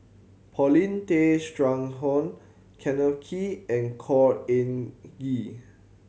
Paulin Tay Straughan Kenneth Kee and Khor Ean Ghee